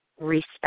respect